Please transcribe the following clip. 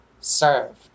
served